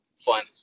fun